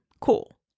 Cool